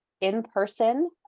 in-person